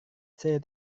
saya